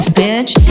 bitch